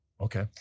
Okay